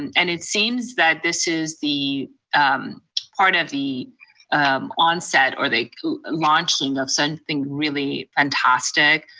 and and it seems that this is the part of the onset or the launching of something really fantastic.